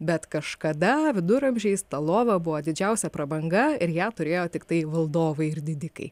bet kažkada viduramžiais ta lova buvo didžiausia prabanga ir ją turėjo tiktai valdovai ir didikai